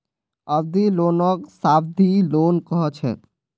अवधि लोनक सावधि लोन कह छेक